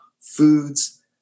foods